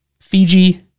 Fiji